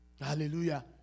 Hallelujah